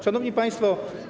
Szanowni Państwo!